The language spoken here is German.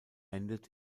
endet